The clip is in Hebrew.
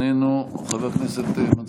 חבר הכנסת בצלאל סמוטריץ' איננו,